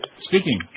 speaking